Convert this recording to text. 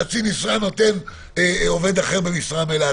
נותן בחצי משרה כמו עובד אחר במשרה מלאה.